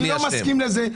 אני לא מסכים לזה.